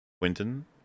Quinton